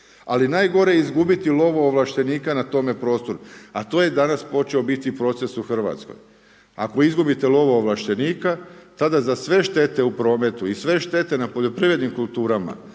Ali najgore je izgubiti lovoovlaštenika na tom prostoru, a to je danas počeo biti proces u Hrvatskoj. Ako izgubite lovoovlaštenika tada za sve štete u prometu i sve štete na poljoprivrednim kulturama